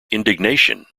indignation